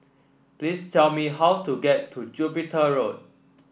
please tell me how to get to Jupiter Road